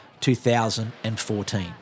2014